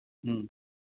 ꯎꯝ